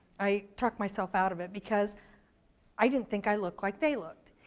i talked myself out of it, because i didn't think i looked like they looked.